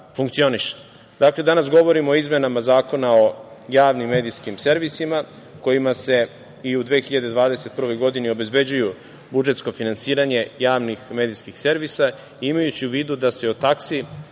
funkcioniše. Dakle, danas govorimo o izmenama Zakona o javnim medijskim servisima, kojima se i u 2021. godini obezbeđuje budžetsko finansiranje javnih medijskih servisa, imajući u vidu da se od taksi